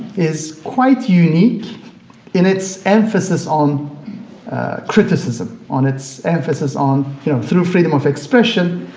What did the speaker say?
is quite unique in its emphasis on criticism, on its emphasis on you know through freedom of expression,